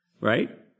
Right